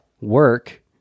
work